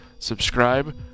Subscribe